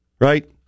Right